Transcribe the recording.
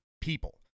people